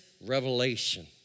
Revelation